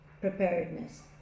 preparedness